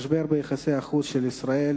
משבר ביחסי החוץ של ישראל,